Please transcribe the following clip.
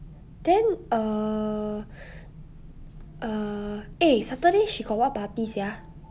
then err err eh saturday she got what party sia